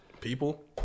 People